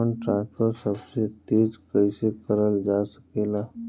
Fund transfer सबसे तेज कइसे करल जा सकेला?